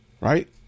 right